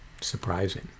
surprising